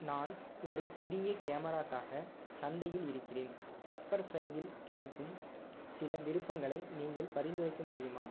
நான் ஒரு புதிய கேமராக்காக சந்தையில் இருக்கிறேன் பெப்பர் ஃப்ரையில் கிடைக்கும் சில விருப்பங்களை நீங்கள் பரிந்துரைக்க முடியுமா